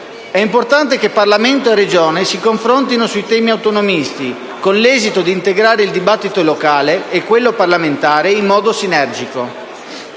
È importante che Parlamento e Regione si confrontino sui temi autonomisti, con l'esito di integrare il dibattito locale e quello parlamentare in modo sinergico.